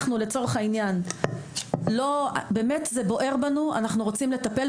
זה באמת בוער בנו ואנחנו רוצים לטפל בזה.